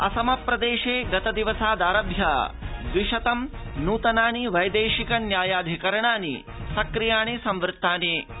असम प्रदेशे गतदिवसाद आरभ्य द्विशतं न्तनानि वैदेशिक न्यायाधिकरणानि सक्रियाणि संवृत्तानि सन्ति